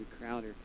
Crowder